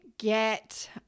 get